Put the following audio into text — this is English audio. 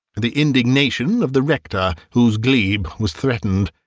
the indignation of the rector whose glebe was threatened,